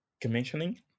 commissioning